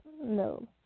No